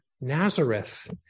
Nazareth